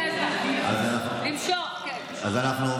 למשוך את זה